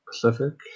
pacific